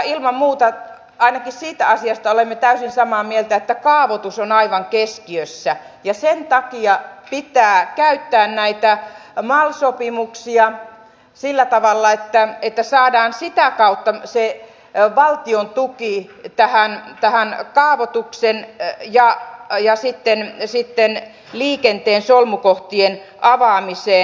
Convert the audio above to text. ilman muuta ainakin siitä asiasta olemme täysin samaa mieltä että kaavoitus on aivan keskiössä ja sen takia pitää käyttää näitä mal sopimuksia sillä tavalla että saadaan sitä kautta se valtion tuki tähän kaavoitukseen ja sitten liikenteen solmukohtien avaamiseen